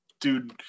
dude